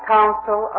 Council